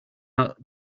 out